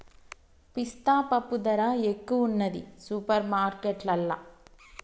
పిస్తా పప్పు ధర ఎక్కువున్నది సూపర్ మార్కెట్లల్లా